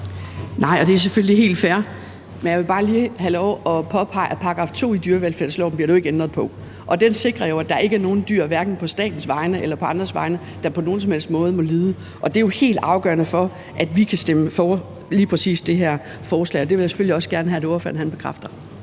Nej, og det er selvfølgelig helt fair, men jeg vil bare lige have lov at påpege, at § 2 i dyrevelfærdsloven bliver der jo ikke ændret på. Den sikrer jo, at der ikke er nogen dyr, hverken på statens arealer eller på andres arealer, der på nogen som helst måde må lide. Det er jo helt afgørende for, at vi kan stemme for lige præcis det her forslag. Og det vil jeg selvfølgelig også gerne have at ordføreren bekræfter.